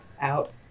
out